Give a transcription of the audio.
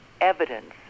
evidence